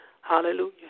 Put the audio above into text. hallelujah